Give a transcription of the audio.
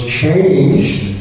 changed